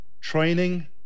training